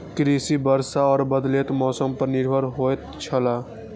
कृषि वर्षा और बदलेत मौसम पर निर्भर होयत छला